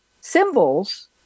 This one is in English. symbols